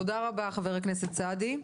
תודה, חבר הכנסת סעדי.